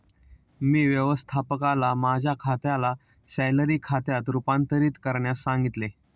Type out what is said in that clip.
मी व्यवस्थापकाला माझ्या खात्याला सॅलरी खात्यात रूपांतरित करण्यास सांगितले